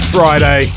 Friday